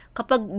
Kapag